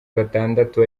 batandatu